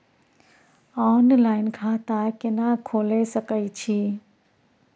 Online खाता केना खोले सकै छी?